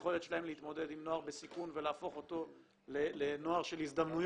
היכולת שלהם להתמודד עם נוער בסיכון ולהפוך אותו לנוער של הזדמנויות,